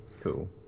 cool